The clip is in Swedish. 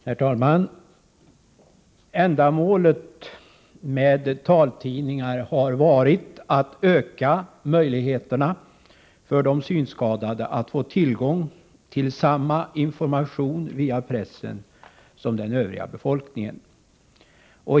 Herr talman! Ändamålet med taltidningar har varit att öka möjligheterna för de synskadade att få tillgång till samma information via pressen som den övriga befolkningen.